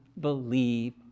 believe